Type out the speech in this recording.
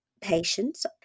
patients